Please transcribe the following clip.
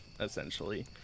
essentially